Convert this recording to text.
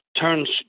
turns